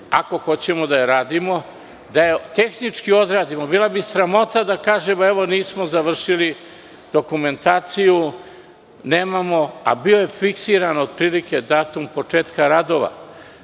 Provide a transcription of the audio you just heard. ako hoćemo da je radimo, da je tehnički odradimo. Bila bi sramota da kažemo – evo, nismo završili dokumentaciju, nemamo, a bio je fiksiran otprilike datum početka radova.